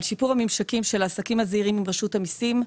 שיפור הממשקים של העסקים הזעירים עם רשות המסים,